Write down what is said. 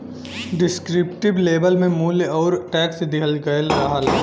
descriptive label में मूल्य आउर टैक्स दिहल गयल रहला